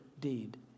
deed